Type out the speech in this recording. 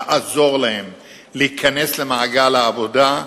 לעזור להם להיכנס למעגל העבודה,